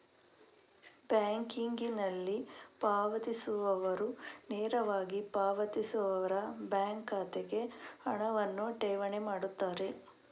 ಬ್ಯಾಂಕಿಂಗಿನಲ್ಲಿ ಪಾವತಿಸುವವರು ನೇರವಾಗಿ ಪಾವತಿಸುವವರ ಬ್ಯಾಂಕ್ ಖಾತೆಗೆ ಹಣವನ್ನು ಠೇವಣಿ ಮಾಡುತ್ತಾರೆ